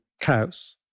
cows